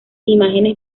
imágenes